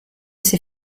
c’est